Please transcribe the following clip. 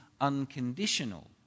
unconditional